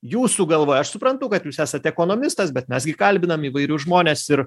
jūsų galva aš suprantu kad jūs esate ekonomistas bet mes gi kalbinam įvairius žmones ir